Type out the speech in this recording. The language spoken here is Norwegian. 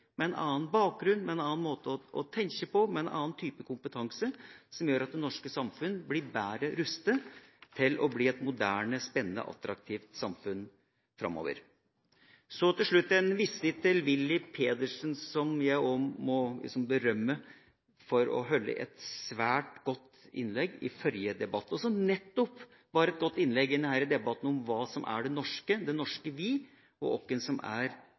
med en annen bakgrunn, med en annen måte å tenke på, med en annen type kompetanse, som gjør at det norske samfunn blir bedre rustet til å bli et moderne, spennende og attraktivt samfunn framover. Så til slutt en visitt til Willy Pedersen, som jeg må berømme for å holde et svært godt innlegg i forrige debatt: Det var nettopp et godt innlegg i debatten om hva som er «det norske» og «det norske vi», og hvem som er